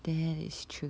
that is true